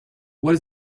what